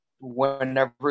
whenever